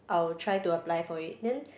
I will try to apply for it then